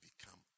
become